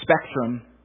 spectrum